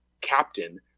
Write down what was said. captain